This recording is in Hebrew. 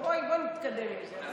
בואי נתקדם עם זה.